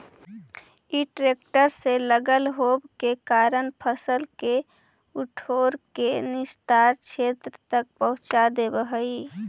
इ ट्रेक्टर से लगल होव के कारण फसल के घट्ठर के निस्तारण क्षेत्र तक पहुँचा देवऽ हई